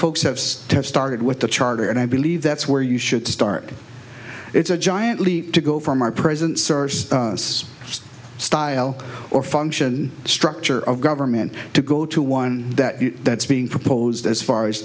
to have started with the charter and i believe that's where you should start it's a giant leap to go from our present source style or function structure of government to go to one that that's being proposed as far as